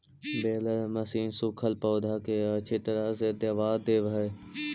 baler machine सूखल पौधा के अच्छी तरह से दबा देवऽ हई